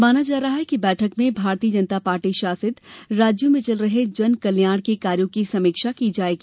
माना जा रहा है कि बैठक में भारतीय जनता पार्टी शासित राज्यों में चल रहे जन कल्याण के कार्यों की समीक्षा की जाएगी